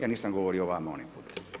Ja nisam govorio o vama onaj put.